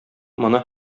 моны